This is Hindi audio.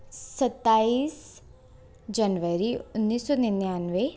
सत्ताईस जनवरी उन्नीस सौ निन्यानवे